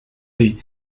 the